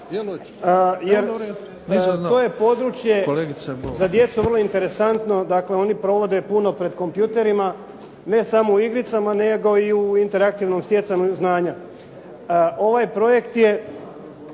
to je područje za djecu vrlo interesantno, oni provode puno pred kompjutorima ne samo u igricama nego i u interaktivnom stjecanju znanja. Ovaj projekt je